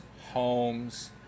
homes